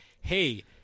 hey